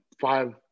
five